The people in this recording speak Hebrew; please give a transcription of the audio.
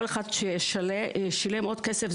כל אחד שילם עוד כסף.